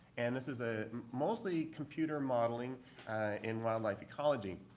and this is ah mostly computer modeling in wildlife ecology.